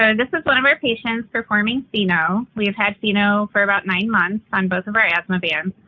this is one of our patients performing feno. we have had feno for about nine months on both of our asthma vans,